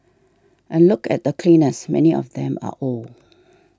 and look at the cleaners many of them are old